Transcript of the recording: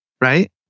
right